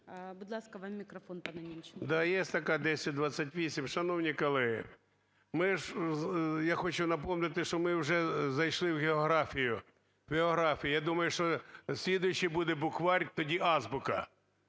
Будь ласка, вам мікрофон, пане